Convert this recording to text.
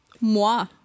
Moi